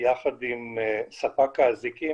יחד עם ספק האזיקים,